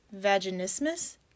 vaginismus